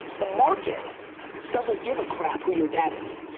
the market doesn't give a crap who your dad is.